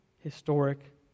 historic